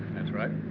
that's right.